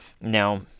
Now